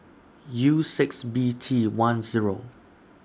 U six B T one Zero